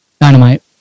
Dynamite